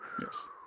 Yes